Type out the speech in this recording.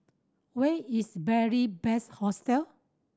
where is Beary Best Hostel